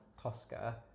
Tosca